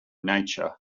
nature